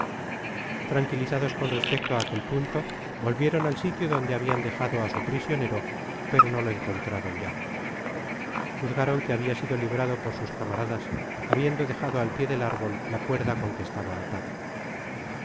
tranquilizados coa respecto á aquel punto volvieron al sitio donde habian dejado á su prisionero pero no lo encontraron ya juzgaron que habia sido librado por sus camaradas habiendo dejado al pié del árbol la cuerda con que estaba atado